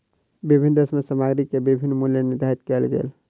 विभिन्न देश में सामग्री के विभिन्न मूल्य निर्धारित कएल गेल